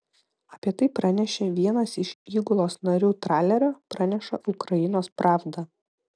apie tai pranešė vienas iš įgulos narių tralerio praneša ukrainos pravda